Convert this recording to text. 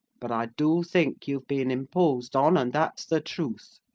but i do think you've been imposed on, and that's the truth.